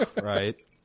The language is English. Right